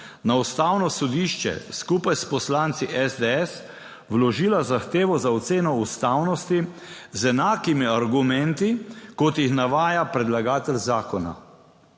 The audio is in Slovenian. na Ustavno sodišče skupaj s poslanci SDS vložila zahtevo za oceno ustavnosti z enakimi argumenti kot jih navaja predlagatelj zakona.